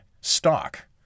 stock